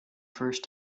first